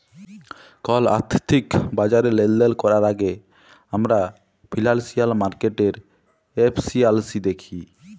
call আথ্থিক বাজারে লেলদেল ক্যরার আগে আমরা ফিল্যালসিয়াল মার্কেটের এফিসিয়াল্সি দ্যাখি